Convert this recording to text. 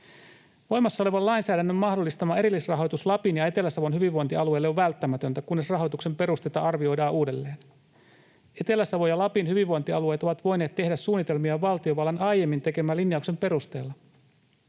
Voimassa olevan lainsäädännön mahdollistama erillisrahoitus Lapin ja Etelä-Savon hyvinvointialueille on välttämätöntä, kunnes rahoituksen perusteita arvioidaan uudelleen. Etelä-Savon ja Lapin hyvinvointialueet ovat voineet tehdä suunnitelmia valtiovallan aiemmin tekemän linjauksen perusteella.